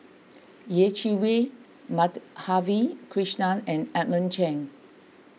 Yeh Chi Wei Madhavi Krishnan and Edmund Cheng